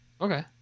Okay